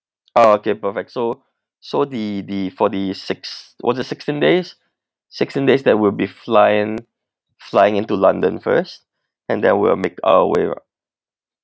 oh okay perfect so so the the for the six was it sixteen days sixteen days that we'll be flying flying into london first and then we'll make our way